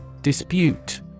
dispute